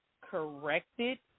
corrected